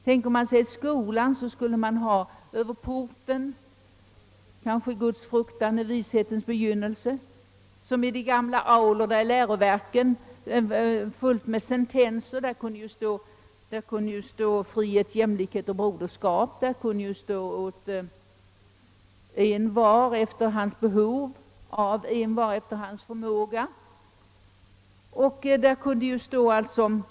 Tänker man sig att man i skolan kanske skulle ha devisen »Gudsfruktan är vishetens begynnelse» och som i aulan i de gamla läroverken en mängd sentenser? Där kunde ju stå »Frihet, jämlikhet, broderskap», där kunde stå »Åt envar efter hans behov, av envar efter hans förmåga».